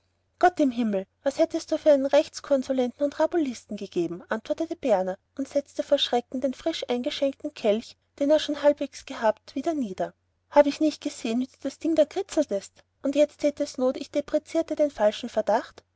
gott im himmel was hättest du für einen rechtskonsulenten und rabulisten gegeben antwortete berner und setzte vor schrecken den frischeingeschenkten kelch den er schon halbwegs gehabt wieder nieder habe ich nicht gesehen wie du das ding da kritzeltest und jetzt täte es not ich deprezierte den falschen verdacht